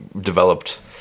developed